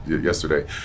yesterday